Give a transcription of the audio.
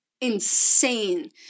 insane